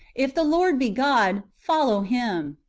if the lord be god, follow him.